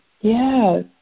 Yes